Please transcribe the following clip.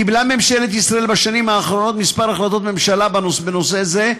קיבלה ממשלת ישראל בשנים האחרונות כמה החלטות ממשלה בנושא זה,